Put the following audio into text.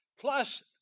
Plus